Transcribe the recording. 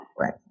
Right